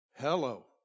Hello